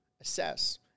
assess